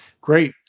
Great